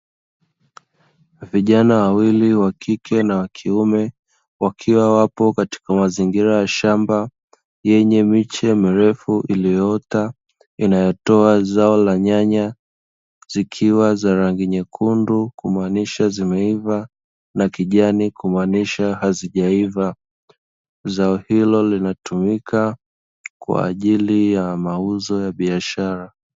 Vijana wawili wa kike na wa kiume wakiwa wapo kwenye mazingira ya shamba lenye miche mirefu iliyoota inayotoa zao la nyanya zikiwa na rangi nyekundu, kumaanisha zimeiva na kijani Kumaanisha hazija iva Zao hili hutumika kwa ajili ya mauzo ya biashara.